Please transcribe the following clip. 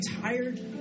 tired